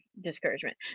discouragement